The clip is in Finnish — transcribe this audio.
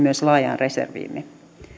myös laajaan reserviimme